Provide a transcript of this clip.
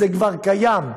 כבר קיים,